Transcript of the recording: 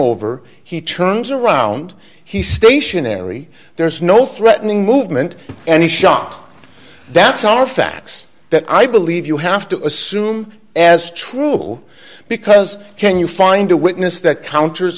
over he turns around he's stationary there's no threatening movement and he shot that's our facts that i believe you have to assume as true because can you find a witness that counters